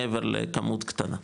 מעבר לכמות קטנה.